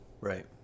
Right